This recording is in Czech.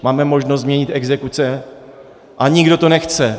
Máme možnost změnit exekuce a nikdo to nechce.